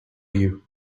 you